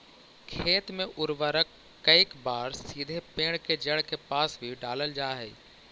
खेत में उर्वरक कईक बार सीधे पेड़ के जड़ के पास भी डालल जा हइ